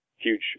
Huge